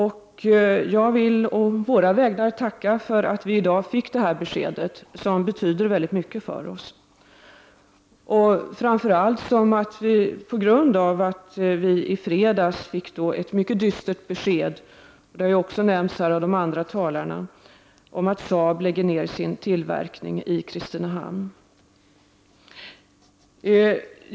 Jag vill tacka för att vi i dag fick det beskedet, som betyder mycket för oss. Det betyder särskilt mycket på grund av att vi i fredags fick ett mycket dystert besked — det har också nämnts av de tidigare talarna — nämligen att SAAB lägger ner sin tillverkning i Kristinehamn.